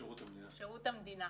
שירות המדינה.